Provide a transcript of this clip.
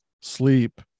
sleep